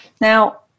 Now